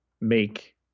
make